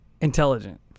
intelligent